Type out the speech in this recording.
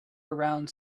around